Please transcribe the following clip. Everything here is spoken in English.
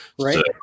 Right